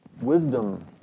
wisdom